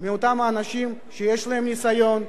מאותם אנשים שיש להם ניסיון,